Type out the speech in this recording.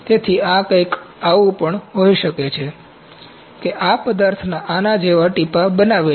તેથી આ કંઈક એવું પણ હોઈ શકે છે કે આ પદાર્થ આના જેવા ટીપાં બનાવે છે